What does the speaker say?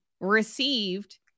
received